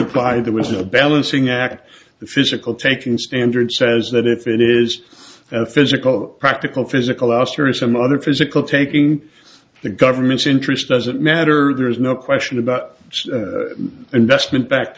applied there was no balancing act the physical taking standard says that if it is a physical practical physical os or some other physical taking the government's interest doesn't matter there is no question about investment back